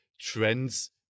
trends